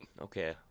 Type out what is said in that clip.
okay